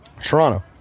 Toronto